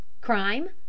Crime